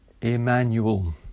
Emmanuel